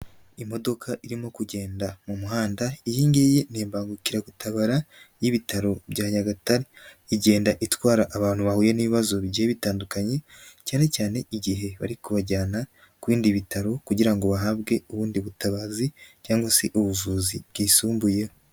Imodoka irimo kugenda mu muhanda, iyi ngiyi ni imbangukiragutabara y'Ibitaro bya Nyagatare, igenda itwara abantu bahuye n'ibibazo bigiye bitandukanye cyane cyane igihe bari kubajyana ku bindi bitaro kugira ngo bahabwe ubundi butabazi cyangwa se ubuvuzi bwisumbuyeho.